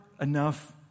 enough